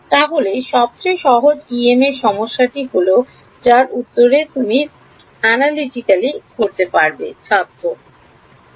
তাহলে সবচেয়ে সহজ EM এর সমস্যাটা কি যার উত্তর তুমি বিশ্লেষণাত্মকভাবে জান